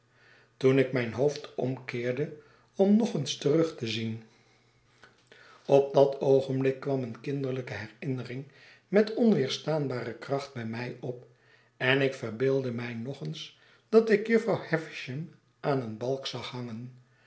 toen ik mijn hoofd omkeerde om nog eens terug te zien op dat oogenblik kwam eene kinderlijkeherinnering met onweerstaanbare kracht bij mij op en ik verbeeldde mij nog eens dat ik jufvrouw havisham aan een balk zag hangen